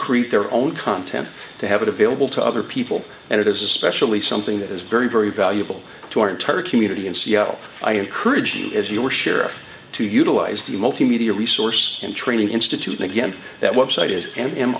create their own content to have it available to other people and it is especially something that is very very valuable to our entire community in seattle i encourage you as you are sure to utilize the multimedia resource and training institute again that website is and